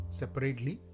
separately